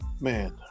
Man